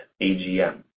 AGM